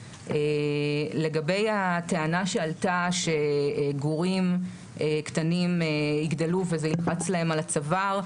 לגבי הטענה שעלתה שגורים קטנים יגדלו ויזה ילחץ להם על הצוואר: